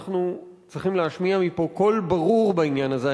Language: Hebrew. שאנחנו צריכים להשמיע מפה קול ברור בעניין הזה.